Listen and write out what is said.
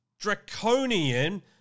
draconian